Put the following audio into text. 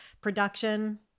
production